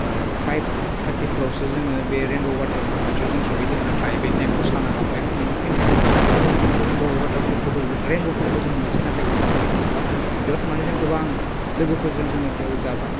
five थार्टिफोरावसो जोङो बे रेइनब' वाटार फल खाथियाव जों सहैदों नाथाय बे टाइमाव साना हाब्बायमोन बिनिखायनो जोङो बिदि रेइनब' वाटार फलफोरखौ रेइनब'फोरखौ नुवासै नाथाय वाटार फलखौ नुबाय बेयाव थांनानै जों गोबां लोगोफोरजों जोङो बेयाव जाबाय